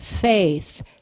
faith